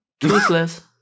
Toothless